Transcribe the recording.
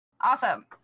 Awesome